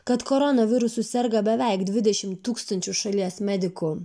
kad koronavirusu serga beveik dvidešim tūkstančių šalies medikų